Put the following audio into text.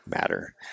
matter